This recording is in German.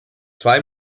zwei